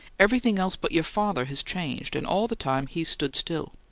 everything else but your father has changed, and all the time he's stood still.